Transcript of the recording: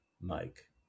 Mike